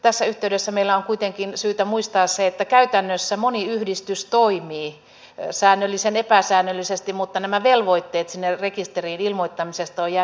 tässä yhteydessä meillä on kuitenkin syytä muistaa se että käytännössä moni yhdistys toimii säännöllisen epäsäännöllisesti mutta nämä velvoitteet sinne rekisteriin ilmoittamisesta ovat jääneet hoitamatta